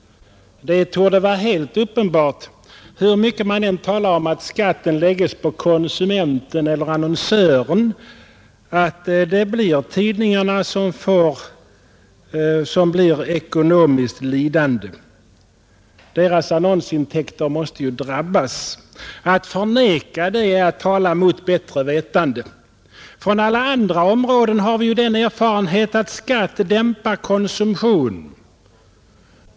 Det torde vara helt uppenbart, hur mycket man än talar om att skatten läggs på konsumenten eller annonsören, att det är tidningarna som blir ekonomiskt lidande, Deras annonsintäkter måste ju drabbas. Att förneka det är att tala mot bättre vetande. Från alla andra områden har vi ju den erfarenheten att skatt dämpar konsumtion.